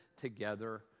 together